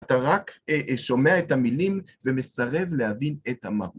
אתה רק שומע את המילים ומסרב להבין את המהות.